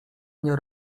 nie